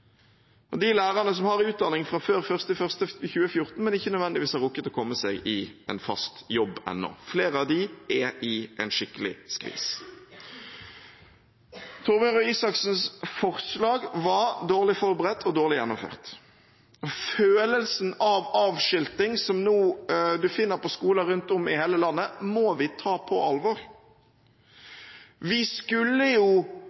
og de lærerne som har utdanning fra før 1. januar 2014, men ikke nødvendigvis har rukket å komme seg i fast jobb ennå. Flere av dem er i en skikkelig skvis. Torbjørn Røe Isaksens forslag var dårlig forberedt og dårlig gjennomført, og følelsen av avskilting, som en nå finner på skolen rundt om i hele landet, må vi ta på alvor. Vi politikere skulle jo